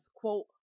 quote